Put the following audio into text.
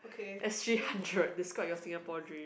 S_G hundred describe your Singapore dream